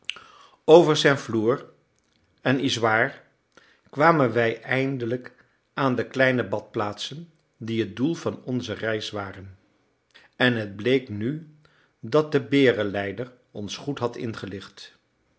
over saint flour en issoire kwamen wij eindelijk aan de kleine badplaatsen die het doel van onze reis waren en het bleek nu dat de berenleider ons goed had ingelicht